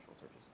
searches